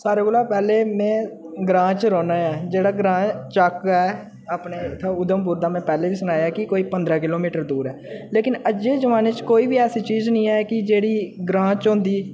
सारे कोला पैह्लें में ग्रांऽ च रौहनां ऐ जेह्ड़ा ग्रांऽ ऐ चक्क ऐ अपने इ'त्थें उधमपुर दा में पैह्लें बी सनाया ऐ की कोई पंदरां किलोमीटर दूर ऐ लेकिन अज्जे दे जमान्ने च कोई बी ऐसी चीज निं ऐ की जेह्ड़ी ग्रांऽ च होंदी